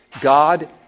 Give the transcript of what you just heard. God